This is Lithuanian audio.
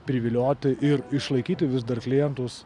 privilioti ir išlaikyti vis dar klientus